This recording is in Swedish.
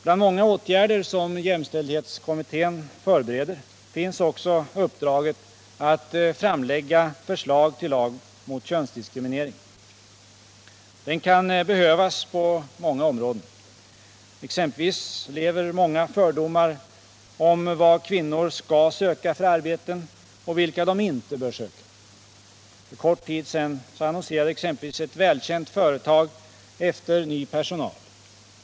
Bland många åtgärder som jämställdhetskommittén förbereder finns också den att enligt uppdrag framlägga ett förslag till lag mot könsdiskriminering. Den lagen kan behövas på många områden. Exempelvis lever många fördomar kvar om vilka arbeten kvinnor bör söka och vilka de inte bör söka. För kort tid sedan annonserade exempelvis ett välkänt företag efter ny personal.